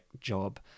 job